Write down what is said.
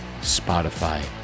spotify